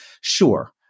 Sure